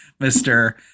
mr